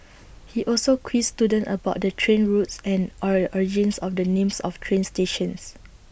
he also quizzed students about the train routes and or your origins of the names of train stations